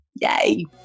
Yay